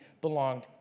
belonged